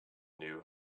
knew